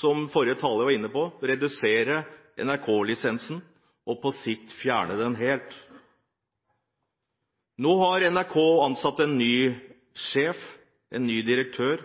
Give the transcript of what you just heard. som forrige taler var inne på – redusere NRK-lisensen og på sikt fjerne den helt. Nå har NRK ansatt en ny sjef – en ny direktør